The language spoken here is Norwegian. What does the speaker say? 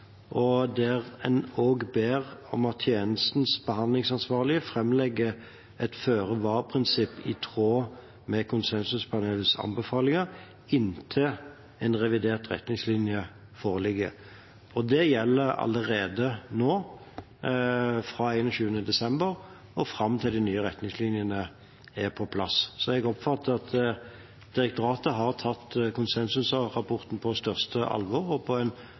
der en også ber om at tjenestens behandlingsansvarlige framlegger et føre-var-prinsipp i tråd med konsensuspanelets anbefalinger inntil en revidert retningslinje foreligger. Det gjelder allerede nå, fra 21. desember og fram til de nye retningslinjene er på plass. Så jeg oppfatter at direktoratet har tatt konsensusrapporten på største alvor og